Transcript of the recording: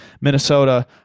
Minnesota